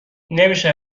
نمیشه